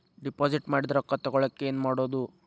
Deposit ಮಾಡಿದ ರೊಕ್ಕ ತಗೋಳಕ್ಕೆ ಏನು ಮಾಡೋದು?